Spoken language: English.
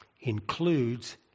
includes